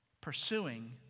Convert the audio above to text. pursuing